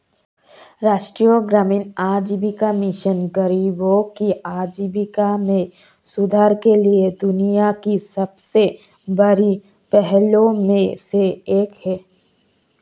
राष्ट्रीय ग्रामीण आजीविका मिशन गरीबों की आजीविका में सुधार के लिए दुनिया की सबसे बड़ी पहलों में से एक है